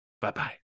Bye-bye